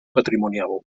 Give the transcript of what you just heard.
patrimonial